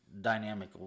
dynamic